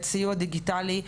סיוע דיגיטלי,